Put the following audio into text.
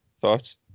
thoughts